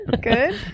good